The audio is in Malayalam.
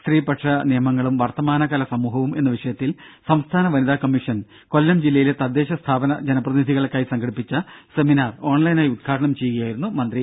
സ്ത്രീപക്ഷ നിയമങ്ങളും വർത്തമാനകാല സമൂഹവും എന്ന വിഷയത്തിൽ സംസ്ഥാന വനിതാ കമ്മീഷൻ കൊല്ലം ജില്ലയിലെ തദ്ദേശ സ്ഥാപന ജനപ്രതിനിധികൾക്കായി സംഘടിപ്പിച്ച സെമിനാർ ഓൺലൈനായി ഉദ്ഘാടനം ചെയ്യുകയായിരുന്നു മന്ത്രി